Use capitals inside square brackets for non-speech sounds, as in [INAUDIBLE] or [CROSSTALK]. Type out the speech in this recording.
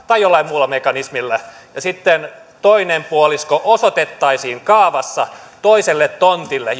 tai jollain muulla mekanismilla ja sitten toinen puolisko osoitettaisiin kaavassa toiselle tontille [UNINTELLIGIBLE]